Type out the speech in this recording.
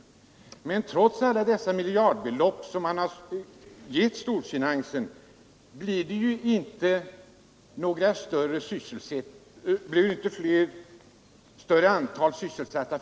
Men — herr Brandt — trots alla dessa miljardbelopp som har getts storfinansen har det inte blivit något större antal sysselsatta.